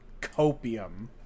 copium